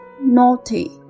Naughty